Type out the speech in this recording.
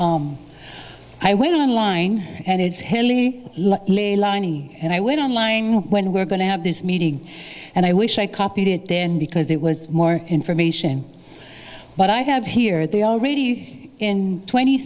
that i went online and it's hilly and i went online when we're going to have this meeting and i wish i copied it then because it was more information but i have here they already in twenty